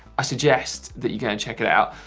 i suggest that you go and check it out.